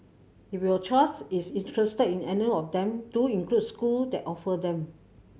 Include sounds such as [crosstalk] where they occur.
if your child [unintelligible] is interested in any of them do include school that offer them